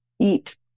eat